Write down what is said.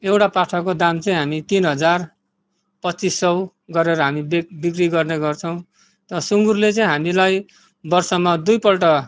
एउटा पाठाको दाम चाहिँ हामी तिन हजार पच्चिस सौ गरेर हामी बे बिक्री गर्ने गर्छौँ त सुँगुरले हामीलाई वर्षमा दुईपल्ट